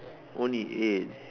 only eight